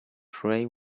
pray